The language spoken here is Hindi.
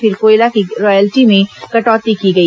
फिर कोयला की रॉयल्टी में कटौती की गई